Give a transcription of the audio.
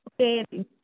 Okay